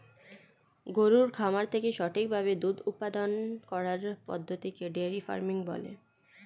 গরুর খামার থেকে সঠিক ভাবে দুধ উপাদান করার পদ্ধতিকে ডেয়ারি ফার্মিং বলে